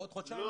לא.